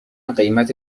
قیمت